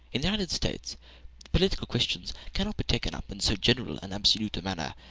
in the united states political questions cannot be taken up in so general and absolute a manner,